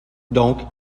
donc